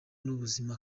n’ubuzima